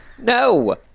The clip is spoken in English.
No